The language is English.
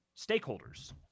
stakeholders